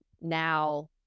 now